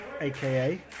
AKA